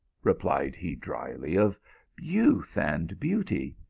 replied he dryly, of youth and beauty?